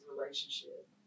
relationship